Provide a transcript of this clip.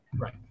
Right